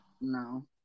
No